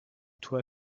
toi